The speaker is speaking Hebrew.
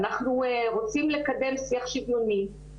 אנחנו רוצים לקדם שיח שוויוני,